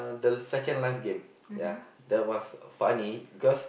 the second last game yeah that was funny because